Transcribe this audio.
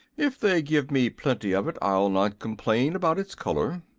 if they give me plenty of it i'll not complain about its color.